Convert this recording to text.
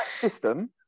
system